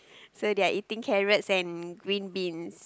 so they are eating carrots and green beans